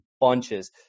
bunches